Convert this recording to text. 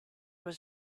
was